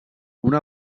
una